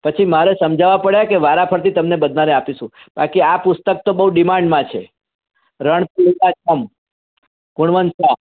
પછી મારે સમજાવવા પડ્યા કે વારાફરથી તમને બધાંને આપીશું બાકી આ પુસ્તક તો બહુ ડિમાન્ડમાં છે રણ તો લીલાંછમ ગુણવંત શાહ